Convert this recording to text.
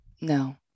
no